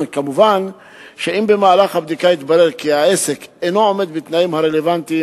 מובן שאם במהלך הבדיקה יתברר כי העסק אינו עומד בתנאים הרלוונטיים,